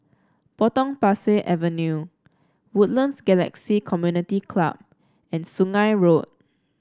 Potong Pasir Avenue Woodlands Galaxy Community Club and Sungei Road